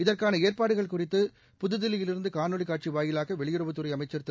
இதற்கான ஏற்பாடுகள் குறித்து நேற்று புதுதில்லியில் இருந்து காணொலி காட்சி வாயிலாக வெளியுறவுத்துறை அமைச்சா் திரு